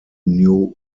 new